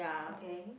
okay